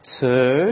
two